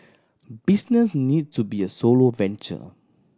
business need to be a solo venture